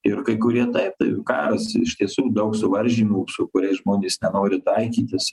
ir kai kurie taip tai karas iš tiesų daug suvaržymų su kuriais žmonės nenori taikytis